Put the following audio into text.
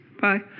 Bye